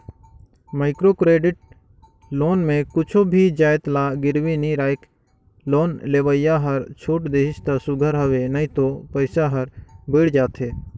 micro credit loan में कुछु भी जाएत ल गिरवी नी राखय लोन लेवइया हर छूट देहिस ता सुग्घर हवे नई तो पइसा हर बुइड़ जाथे